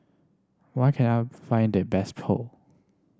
where can I find the best Pho